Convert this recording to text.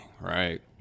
right